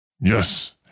Yes